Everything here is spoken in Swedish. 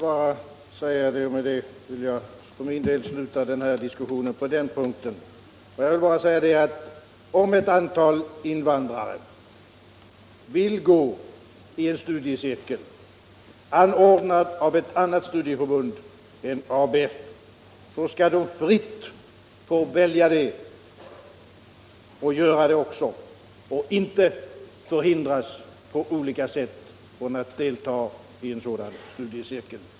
Herr talman! Jag vill för min del sluta diskussionen på den här punkten med att säga att om ett antal invandrare vill gå i en studiecirkel, anordnad av ett annat studieförbund än ABF, skall de få göra det och således fritt få välja och inte på olika sätt förhindras att delta i en sådan studiecirkel.